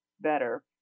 better